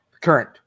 current